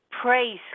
Praise